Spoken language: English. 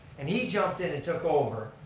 and he jumped in and took over.